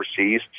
overseas